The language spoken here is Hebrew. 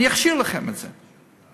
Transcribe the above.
אני אכשיר לכם את זה,